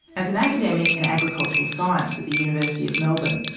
as an academic in agricultural science at the university of melbourne,